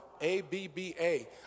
A-B-B-A